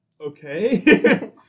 Okay